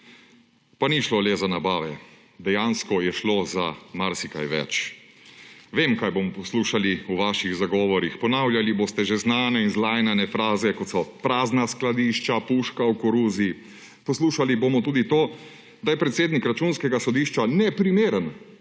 Pa ni šlo le za nabave. Dejansko je šlo za marsikaj več. Vem, kaj bomo poslušali v vaših zagovorih. Ponavljali boste že znane in zlajnane fraze, kot so prazna skladišča, puška v koruzi. Poslušali bomo tudi to, da je predsednik Računskega sodišča neprimeren